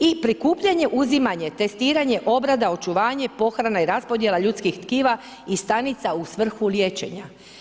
I prikupljanje i uzimanje, testiranje, obrada, očuvanje, pohrana i raspodjela ljudskih tkiva i stanica u svrhu liječenja.